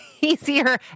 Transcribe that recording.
easier